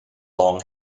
long